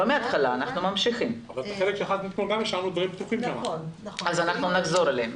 נחזור אליהם.